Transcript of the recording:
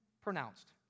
pronounced